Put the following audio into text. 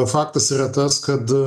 faktas yra tas kad